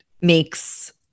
makes